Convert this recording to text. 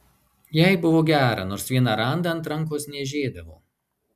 jai buvo gera nors vieną randą ant rankos niežėdavo